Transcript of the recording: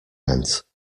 meant